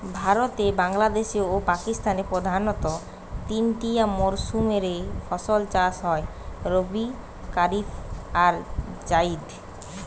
ভারতে, বাংলাদেশে ও পাকিস্তানে প্রধানতঃ তিনটিয়া মরসুম রে ফসল চাষ হয় রবি, কারিফ আর জাইদ